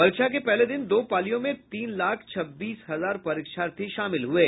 परीक्षा के पहले दिन दो पालियों में तीन लाख छब्बीस हजार परीक्षार्थी शामिल हुये